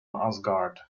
asgard